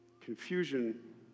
Confusion